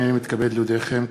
הנני מתכבד להודיעכם,